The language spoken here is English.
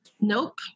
nope